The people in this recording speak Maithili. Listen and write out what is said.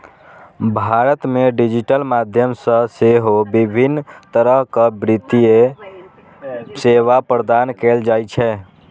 भारत मे डिजिटल माध्यम सं सेहो विभिन्न तरहक वित्तीय सेवा प्रदान कैल जाइ छै